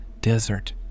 desert